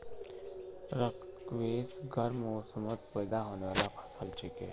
squash गर्म मौसमत पैदा होने बाला फसल छिके